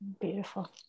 Beautiful